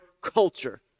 culture